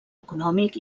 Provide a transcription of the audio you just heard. econòmic